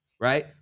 right